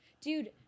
Dude